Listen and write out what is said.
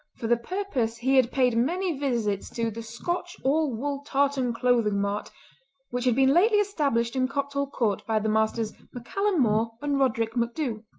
for the purpose he had paid many visits to the scotch all-wool tartan clothing mart which had been lately established in copthall-court by the messrs. maccallum more and roderick macdhu.